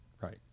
Right